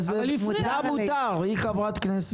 לה מותר, היא חברת כנסת.